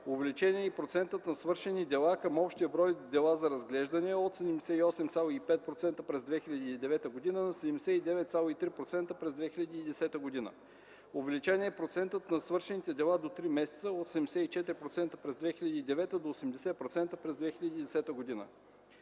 увеличен е и процентът на свършените дела към общия брой дела за разглеждане (от 78,5% през 2009 г. на 79,3% през 2010 г.); увеличен е процентът на свършените дела до 3 месеца (от 74% през 2009 г. до 80% през 2010 г.);